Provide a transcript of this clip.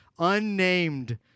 unnamed